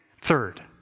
Third